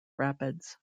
rapids